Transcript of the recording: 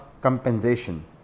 compensation